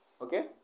Okay